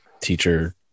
teacher